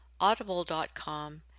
Audible.com